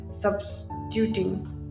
substituting